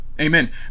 Amen